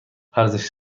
ارزش